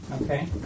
Okay